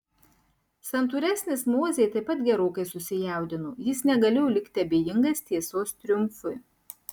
santūresnis mozė taip pat gerokai susijaudino jis negalėjo likti abejingas tiesos triumfui